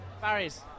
Barrys